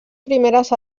primeres